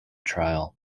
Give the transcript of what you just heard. trial